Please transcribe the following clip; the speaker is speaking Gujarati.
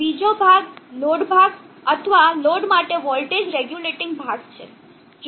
બીજો ભાગ લોડ ભાગ અથવા લોડ માટે વોલ્ટેજ રેગુલેટીંગ ભાગ છે